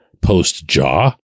post-jaw